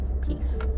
Peace